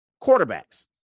quarterbacks